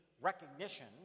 recognition